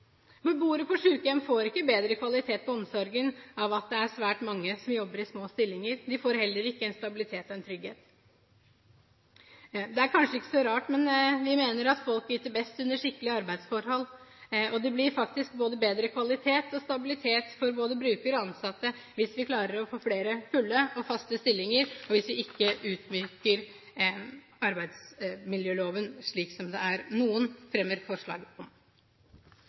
ved at det er svært mange som jobber i små stillinger. De får heller ingen stabilitet eller trygghet. Det er kanskje ikke så rart, men vi mener at folk yter best under skikkelige arbeidsforhold. Det blir faktisk både bedre kvalitet og stabilitet for både brukere og ansatte hvis vi klarer å få flere fulle og faste stillinger, og hvis vi ikke myker opp arbeidsmiljøloven, slik noen fremmer forslag om.